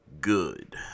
good